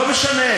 לא משנה.